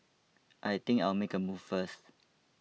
I think I'll make a move first